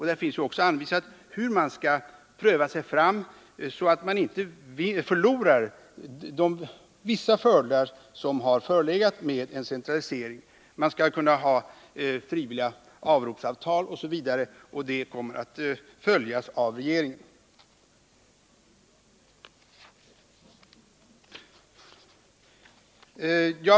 Där finns också anvisningar om hur man skall pröva sig fram så att man inte förlorar vissa fördelar som har förelegat med en centralisering. Man skall kunna ha frivilliga avropsavtal osv. Frågan kommer att följas av regeringen.